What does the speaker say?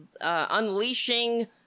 unleashing